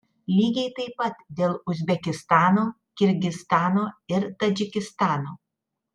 lygiai taip pat dėl uzbekistano kirgizstano ir tadžikistano